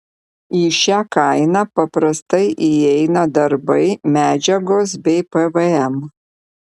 į šią kainą paprastai įeina darbai medžiagos bei pvm